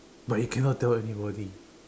but you cannot tell anybody